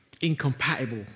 incompatible